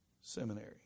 seminary